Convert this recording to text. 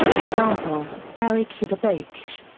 example garhi khuda bakhsh.